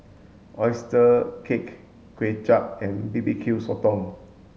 oyster cake Kuay Chap and B B Q Sotong